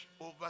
over